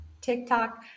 TikTok